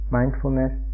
mindfulness